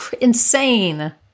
insane